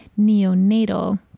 neonatal